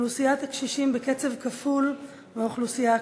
אוכלוסיית הקשישים בקצב כפול מהאוכלוסייה הכללית.